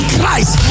Christ